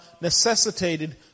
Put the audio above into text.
necessitated